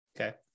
Okay